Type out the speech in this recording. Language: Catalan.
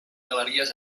galeries